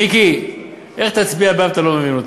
מיקי, איך תצביע בעד אם אתה לא מבין אותי?